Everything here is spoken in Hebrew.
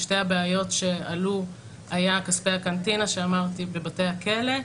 שתי הבעיות שעלו היו כספי הקנטינה בבתי הכלא,